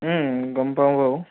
গম পাওঁ বাৰু